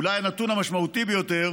אולי הנתון המשמעותי ביותר